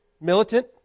Militant